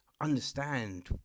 understand